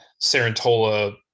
Sarantola